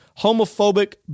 homophobic